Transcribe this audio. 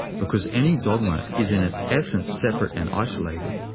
because any dogma is in its essence separate and isolated.